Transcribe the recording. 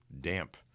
damp